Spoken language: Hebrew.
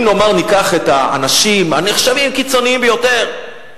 אם, נאמר, ניקח את האנשים הנחשבים קיצוניים ביותר,